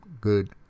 good